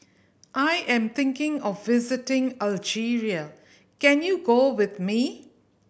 I am thinking of visiting Algeria can you go with me